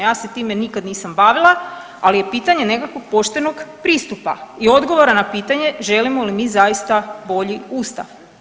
Ja se time nikad nisam bavila, ali je pitanje nekakvog poštenog pristupa i odgovora na pitanje želimo li mi zaista bolji Ustav?